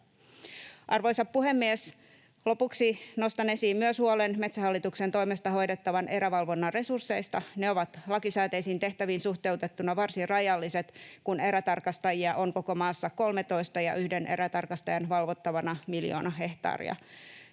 Arvoisa puhemies! Lopuksi nostan esiin myös huolen Metsähallituksen toimesta hoidettavan erävalvonnan resursseista. Ne ovat lakisääteisiin tehtäviin suhteutettuna varsin rajalliset, kun erätarkastajia on koko maassa 13 ja yhden erätarkastajan valvottavana miljoona hehtaaria.